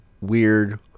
weird